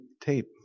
tape